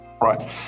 Right